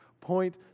point